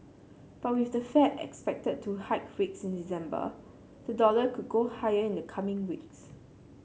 but with the Fed expected to hike rates in December the dollar could go higher in the coming weeks